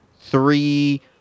three